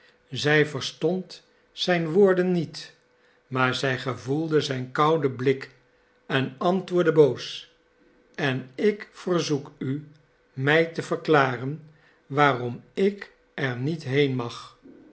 zij verstond zijn woorden niet maar zij gevoelde zijn kouden blik en antwoordde boos en ik verzoek u mij te verklaren waarom ik er niet heen mag